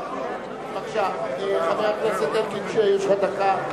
בבקשה, חבר הכנסת אלקין, יש לך דקה.